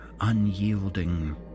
unyielding